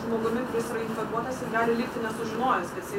žmogumi kuris yra infekuotas ir gali likti nesužinojęs kad jisai